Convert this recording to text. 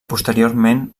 posteriorment